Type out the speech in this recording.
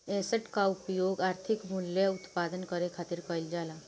asset कअ उपयोग आर्थिक मूल्य उत्पन्न करे खातिर कईल जाला